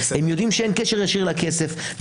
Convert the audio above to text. שאין קשר ישיר לכסף.